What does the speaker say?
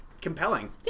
compelling